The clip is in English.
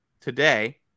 Today